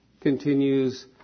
continues